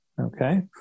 Okay